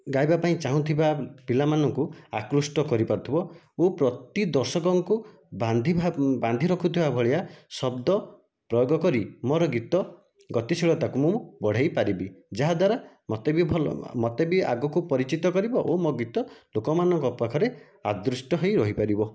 ଗାଇବା ପାଇଁ ଚାହୁଁଥିବା ପିଲା ମାନଙ୍କୁ ଆକୃଷ୍ଟ କରିପାରୁଥିବ ଓ ପ୍ରତି ଦର୍ଶକଙ୍କୁ ବାନ୍ଧି ବାନ୍ଧି ରଖୁଥିବା ଭଳିଆ ଶବ୍ଦ ପ୍ରୟୋଗ କରି ମୋର ଗୀତ ଗତିଶୀଳତାକୁ ମୁଁ ବଢ଼େଇ ପାରିବି ଯାହାଦ୍ୱାରା ମୋତେ ବି ଭଲ ମୋତେ ବି ଆଗକୁ ପରିଚିତ କରିବ ଓ ମୋ ଗୀତ ଲୋକମାନଙ୍କ ପାଖରେ ଅଦୃଷ୍ଟ ହୋଇ ରହିପାରିବ